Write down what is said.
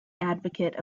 advocate